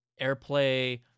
AirPlay